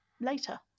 later